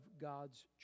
God's